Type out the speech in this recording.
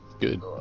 good